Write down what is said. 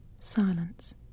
silence